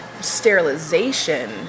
sterilization